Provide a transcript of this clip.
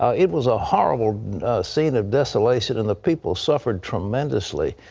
ah it was a horrible scene of desolation, and the people suffered tremendously.